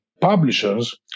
publishers